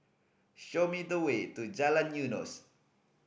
show me the way to Jalan Eunos